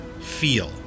feel